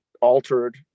altered